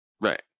Right